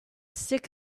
sick